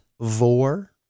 vor